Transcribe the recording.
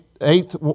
eighth